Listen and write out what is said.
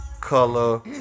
color